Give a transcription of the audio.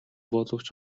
боловч